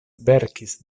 verkis